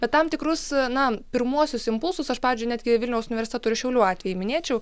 bet tam tikrus na pirmuosius impulsus aš pavyzdžiui netgi vilniaus universiteto ir šiaulių atvejį minėčiau